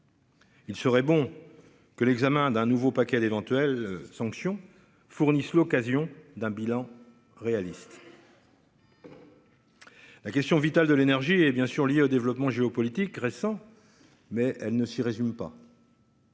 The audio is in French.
Il serait bon que l'examen d'un nouveau paquet d'éventuelles sanctions fournissent l'occasion d'un bilan réaliste.-- La question vitale de l'énergie et bien sûr lié aux développements géopolitiques récents mais elle ne s'y résume pas.